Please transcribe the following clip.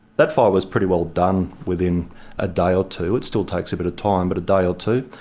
that fire was pretty well done within a day or two. it still takes a bit of time, but a day or two.